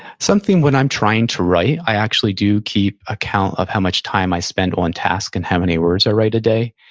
something when i'm trying to write, i actually do keep a count of how much time i spend on task and how many words i write a day.